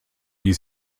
die